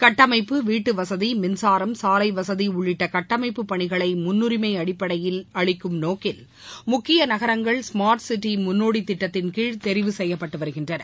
கட்டமைப்பு வீட்டு வசதி மின்சாரம் சாலைவசதி உள்ளிட்ட கட்டமைப்பு பணிகளை முன்னுரிமை அடிப்படையில் அளிக்கும் நோக்கில் முக்கிய நகரங்கள் ஸ்மார்ட் சிட்டி முன்ளோடி திட்டத்தின்கீழ் தெரிவு செய்யப்பட்டுகின்றன